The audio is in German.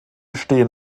stehen